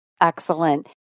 Excellent